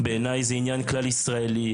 בעיניי זה עניין כלל ישראלי.